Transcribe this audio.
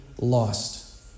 lost